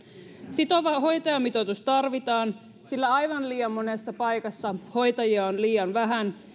sitova hoitajamitoitus tarvitaan sillä aivan liian monessa paikassa hoitajia on liian vähän